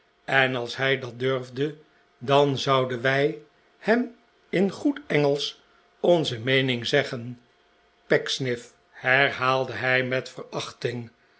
en als hij dat durfde dan zouden wij hem in goed engelsch onze meening zeggen pecksniff herhaalde hij met verachting